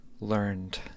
learned